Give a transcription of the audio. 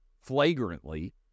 flagrantly